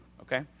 Okay